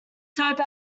type